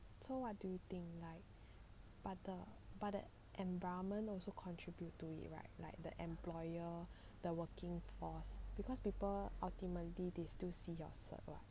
so what do you think like but the but the environment also contribute to it right like the employer the working force because people ultimately they still see your cert [what]